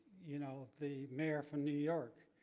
you know, the mayor from new york,